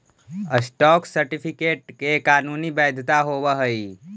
stock certificate के कानूनी वैधता होवऽ हइ